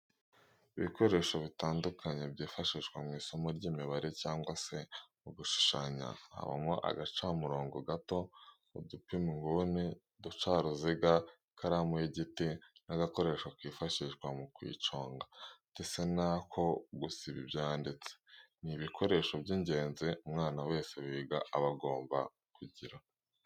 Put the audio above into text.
Ibikoresho bitandukanye byifashishwa mu isomo ry'imibare cyangwa se mu gushushanya habamo agacamurongo gato, udupima inguni, uducaruziga, ikaramu y'igiti n'agakoresho kifashishwa mu kuyiconga ndetse n'ako gusiba ibyo yanditse, ni ibikoresho by'ingenzi umwana wese wiga aba agomba kugira.